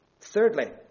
Thirdly